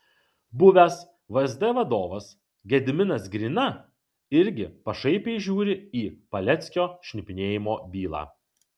buvęs vsd vadovas gediminas grina irgi pašaipiai žiūri į paleckio šnipinėjimo bylą